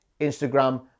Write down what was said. Instagram